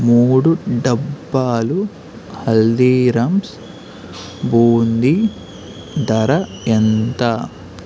మూడు డబ్బాలు హల్దీరామ్స్ బూందీ ధర ఎంత